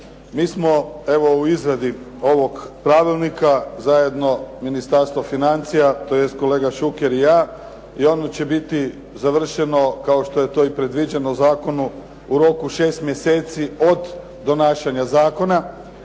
Mi smo evo u izradi ovog pravilnika zajedno Ministarstvo financija tj. kolega Šuker i ja i ono će biti završeno kao što je to predviđeno u zakonu u roku 6 mjeseci od donašanja zakona.